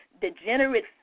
degenerate